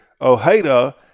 Ojeda